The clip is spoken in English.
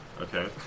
Okay